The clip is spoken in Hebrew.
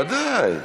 ודאי,